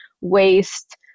waste